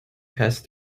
past